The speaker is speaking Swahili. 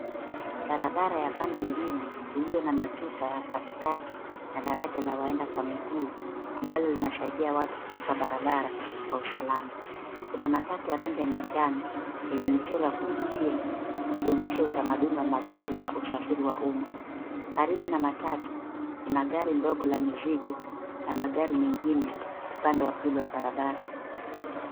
Barabara ya pandembili ina matuta katikati na njia maalumu ya waenda kwa miguu. Alama hizo husaidia watu kuvuka barabara kwa usalama. Kuna mistari ya rangi ya manjano, ambayo ni michoro ya kuonyesha utaratibu wa magari na usafiri wa umma